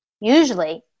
Usually